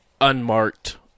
unmarked